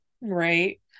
Right